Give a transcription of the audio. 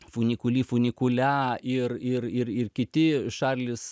funikuli funikulia ir ir ir kiti šarlis